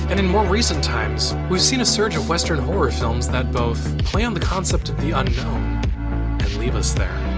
and in more recent times, we've seen a surge of western horror films that both play on the concept of the unknown and leave us there.